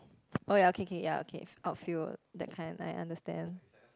oh ya okay okay ya okay outfield that kind like understand